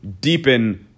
deepen